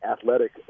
athletic